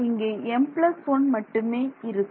இங்கே m1 மட்டுமே இருக்கும்